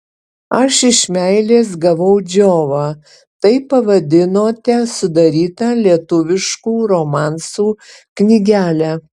aš iš meilės gavau džiovą taip pavadinote sudarytą lietuviškų romansų knygelę